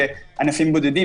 ענפים בודדים,